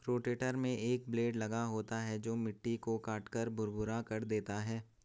rotator में एक blade लगा होता है जो मिट्टी को काटकर भुरभुरा कर देता है